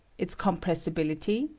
its compressibility,